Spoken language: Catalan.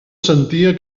sentia